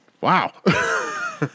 wow